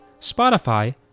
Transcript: Spotify